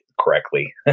correctly